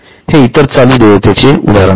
हे इतर चालू देयतेचे उदाहरण आहे